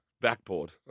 backboard